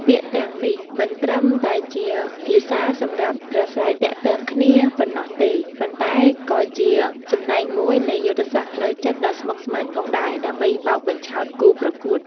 ពាក្យទាំងនេះមិនត្រឹមតែជាភាសាសម្រាប់ប្រាស្រ័យទាក់ទងគ្នាប៉ុណ្ណោះទេ ប៉ុន្តែក៏ជាចំណែកមួយនៃយុទ្ធសាស្ត្រផ្លូវចិត្តដ៏ស្មុគស្មាញផងដែរ ដើម្បីបោកបញ្ឆោតគូប្រកួត។